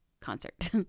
concert